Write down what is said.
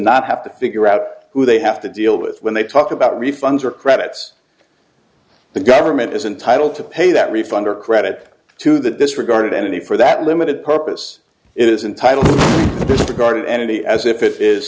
not have to figure out who they have to deal with when they talk about refunds or credits the government is entitle to pay that refund or credit to that this regarded entity for that limited purpose it is entitle regarded entity as if it is